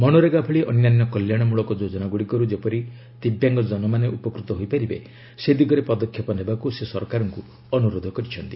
ମନରେଗା ଭଳି ଅନ୍ୟାନ୍ୟ କଲ୍ୟାଣ ମୂଳକ ଯୋଜନାଗୁଡ଼ିକରୁ ଯେପରି ଦିବ୍ୟାଙ୍ଗଜନମାନେ ଉପକୃତ ହୋଇପାରିବେ ସେ ଦିଗରେ ପଦକ୍ଷେପ ନେବାକୁ ସେ ସରକାରଙ୍କୁ ଅନୁରୋଧ କରିଛନ୍ତି